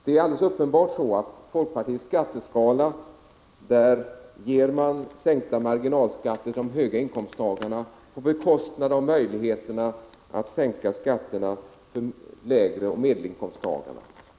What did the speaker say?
Det är alldeles uppenbart att man enligt folkpartiets skatteskala ger sänkta marginalskatter åt höginkomsttagarna på bekostnad av möjligheterna att sänka skatterna för lågoch medelinkomsttagare.